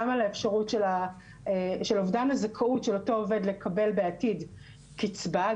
גם על האפשרות של אובדן הזכאות של אותו עובד לקבל בעתיד קיצבה,